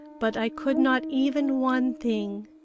but i could not even one thing.